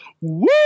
woo